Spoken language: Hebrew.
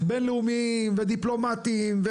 בינלאומיים ודיפלומטיים,